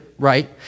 right